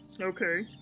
Okay